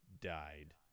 died